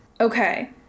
Okay